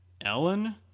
ellen